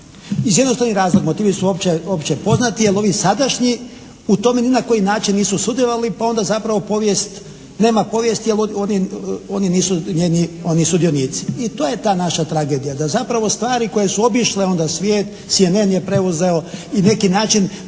iz jednostavnog razloga motivi su opće poznati, jer ovi sadašnji u tome ni na koji način nisu sudjelovali, pa onda zapravo povijest, nema povijesti jer oni nisu njeni sudionici. I to je ta naša tragedija, da zapravo stvari koje su obišle onda svijet, CNN je preuzeo i na neki način